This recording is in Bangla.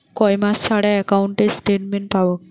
কয় মাস ছাড়া একাউন্টে স্টেটমেন্ট পাব?